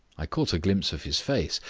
i caught a glimpse of his face,